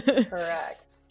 Correct